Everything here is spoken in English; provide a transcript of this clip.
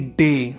day